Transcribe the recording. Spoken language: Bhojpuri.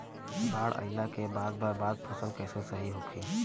बाढ़ आइला के बाद बर्बाद फसल कैसे सही होयी?